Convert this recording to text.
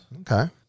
Okay